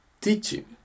teaching